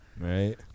Right